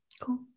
Cool